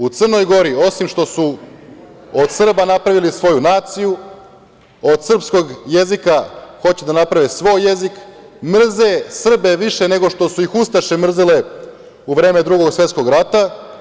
U Crnoj Gori, osim što su od Srba napravili svoju naciju, od srpskog jezika hoće da naprave svoj jezik, mrze Srbe više nego što su ih ustaše mrzele u vreme Drugog svetskog rata.